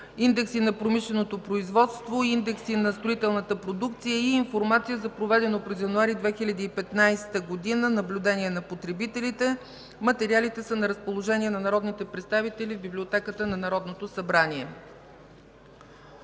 индекси на промишленото производство и индекси на строителната продукция и информация за проведено през месец януари 2015 г. наблюдение на потребителите. Материалите са на разположение на народните представители в Библиотеката на Народното събрание.